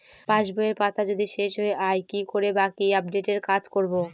পাসবইয়ের পাতা যদি শেষ হয়ে য়ায় কি করে বাকী আপডেটের কাজ করব?